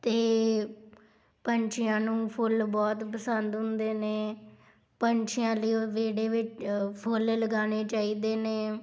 ਅਤੇ ਪੰਛੀਆਂ ਨੂੰ ਫੁੱਲ ਬਹੁਤ ਪਸੰਦ ਹੁੰਦੇ ਨੇ ਪੰਛੀਆਂ ਲਈ ਉਹ ਵਿਹੜੇ ਵਿ ਫੁੱਲ ਲਗਾਉਣੇ ਚਾਹੀਦੇ ਨੇ